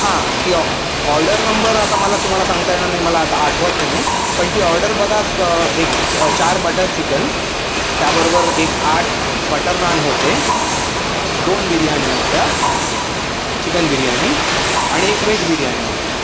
हां ती order number आता मला तुम्हाला सांगता येणार नाही मला आता आठवत नाही आहे पण ती ऑर्डर बघा क एक चार बटर चिकन त्याबरोबर एक आठ बटर नान होते दोन बिर्यानी होत्या चिकन बिर्यानी आणि एक वेज बिर्यानी होती